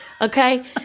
Okay